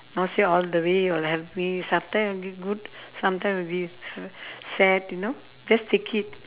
not say all the way will help me sometime will be good sometime will be sad you know just take it